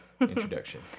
introduction